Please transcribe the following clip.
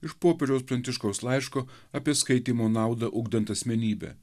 iš popiežiaus pranciškaus laiško apie skaitymo naudą ugdant asmenybę